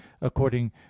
according